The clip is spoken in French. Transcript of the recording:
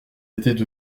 étaient